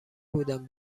بودم